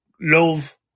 love